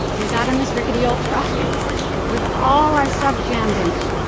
we got in this rickety old truck with all our stuff jammed in it.